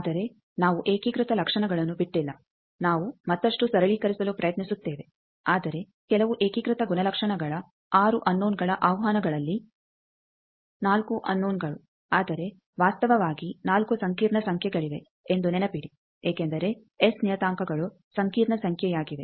ಆದರೆ ನಾವು ಏಕೀಕೃತ ಲಕ್ಷಣಗಳನ್ನು ಬಿಟ್ಟಿಲ್ಲ ನಾವು ಮತ್ತಷ್ಟು ಸರಳೀಕರಿಸಲು ಪ್ರಯತ್ನಿಸುತ್ತೇವೆ ಆದರೆ ಕೆಲವು ಏಕೀಕೃತ ಗುಣಲಕ್ಷಣಗಳ 6 ಅನ್ನೋನಗಳ ಆಹ್ವಾನಗಳಲ್ಲಿ 4 ಅನ್ನೋನಗಳು ಆದರೆ ವಾಸ್ತವವಾಗಿ 4 ಸಂಕೀರ್ಣ ಸಂಖ್ಯೆಗಳಿವೆ ಎಂದು ನೆನಪಿಡಿ ಏಕೆಂದರೆ ಎಸ್ ನಿಯತಾಂಕಗಳು ಸಂಕೀರ್ಣ ಸಂಖ್ಯೆಯಾಗಿವೆ